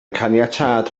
caniatâd